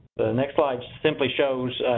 the next slide simply shows